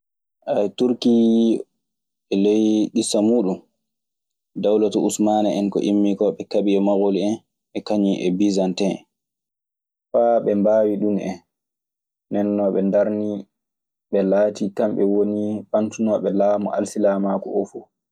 He turki e ley isa muɗum daulalatul ussumana ko immi ko ɓe kaɓi e magol hen e kaŋum e bisanten hen, faa ɓe mbaawi ɗun en. Nden non ɓe ndarnii, ɓe laatii kamɓe woni ɓantunooɓe laamu alsilaamaaku oo fu.